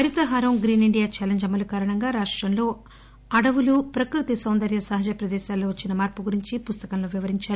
Harithaharam green India challenge అమలు కారణంగా రాష్టంలో అడవులు ప్రకృతి సౌందర్య సహజ ప్రదేశాలలో వచ్చిన మార్పు గురించి ఈ పుస్తకంలో వివరించారు